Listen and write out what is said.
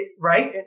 right